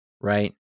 right